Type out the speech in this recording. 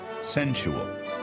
Sensual